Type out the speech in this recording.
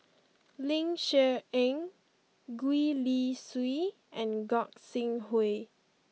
Ling Cher Eng Gwee Li Sui and Gog Sing Hooi